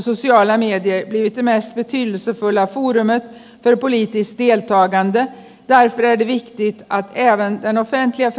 därför är det viktigt att även den offentliga förvaltningen syns i de sociala medierna